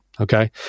Okay